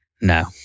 No